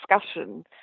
discussion